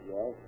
Yes